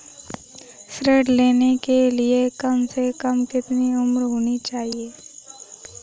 ऋण लेने के लिए कम से कम कितनी उम्र होनी चाहिए?